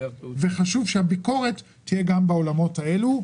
חשוב שהביקורת תהיה גם בעולמות האלה,